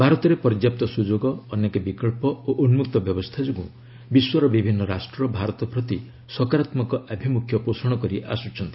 ଭାରତରେ ପର୍ଯ୍ୟାପ୍ତ ସୁଯୋଗ ଅନେକ ବିକଳ୍ପ ଓ ଉନ୍ନକ୍ତ ବ୍ୟବସ୍ଥା ଯୋଗୁଁ ବିଶ୍ୱର ବିଭିନ୍ନ ରାଷ୍ଟ୍ର ଭାରତ ପ୍ରତି ସକାରାତ୍ମକ ଆଭିମୁଖ୍ୟ ପୋଷଣ କରିଆସୁଛନ୍ତି